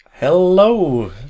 Hello